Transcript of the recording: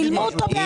צילמו אותו.